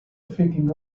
thinking